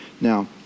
Now